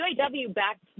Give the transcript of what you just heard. UAW-backed